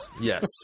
yes